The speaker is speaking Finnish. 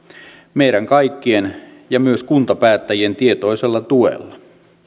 meidän kaikkien ja myös kuntapäättäjien tietoisella tuella